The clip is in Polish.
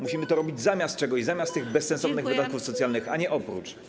Musimy to robić zamiast czegoś, zamiast tych bezsensownych dodatków socjalnych, a nie oprócz.